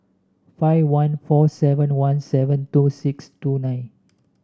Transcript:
five one four seven one seven two six two nine